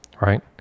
right